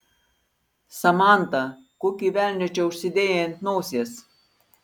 samanta kokį velnią čia užsidėjai ant nosies